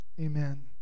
Amen